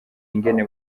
ingene